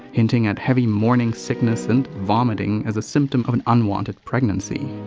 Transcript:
hinting at heavy morning sickness and vomiting as a symptom of an unwanted pregnancy.